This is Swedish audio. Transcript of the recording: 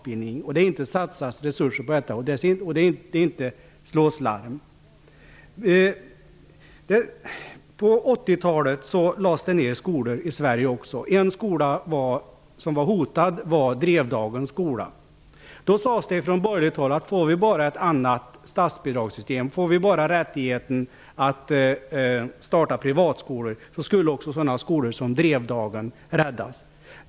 Vi blir oroade över att det inte satsas resurser på detta och att det inte slås larm. På 80-talet lades det ned skolor i Sverige också. En skola som var hotad var Drevdagens skola. Det sades från borgerligt håll att också skolor som Drevdagen skulle räddas, bara man fick ett annat statsbidragssystem och rättigheten att starta privatskolor.